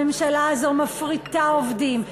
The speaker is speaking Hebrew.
הממשלה הזאת מפריטה עובדים,